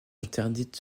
interdite